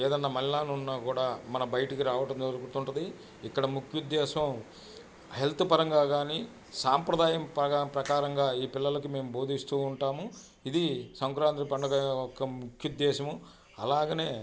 ఏదన్నా మలినాలున్నా కూడా మన బయటకి రావడం జరుగుతుంటది ఇక్కడ ముఖ్యోద్దేశం హెల్త్ పరంగా కానీ సాంప్రదాయం ప్రకారంగా ఈ పిల్లలకి మేము బోధిస్తూ ఉంటాము ఇది సంక్రాంతి పండగ యొక్క ముఖ్యోద్దేశము అలాగనే